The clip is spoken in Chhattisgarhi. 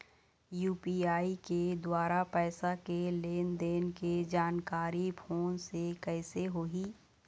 यू.पी.आई के द्वारा पैसा के लेन देन के जानकारी फोन से कइसे होही?